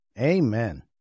Amen